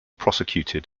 prosecuted